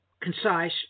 concise